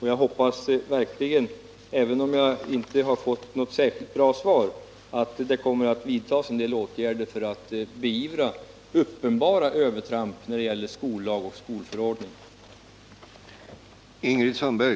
Jag hoppas verkligen — även om jag inte fått något särskilt bra svar — att det kommer att vidtas en del åtgärder för att beivra uppenbara övertramp av skollag och skolförordning.